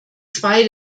zwei